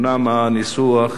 הסעיף